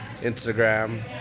Instagram